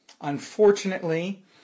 Unfortunately